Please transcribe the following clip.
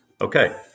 Okay